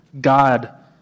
God